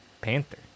panther